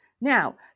now